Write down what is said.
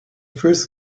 first